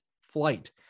flight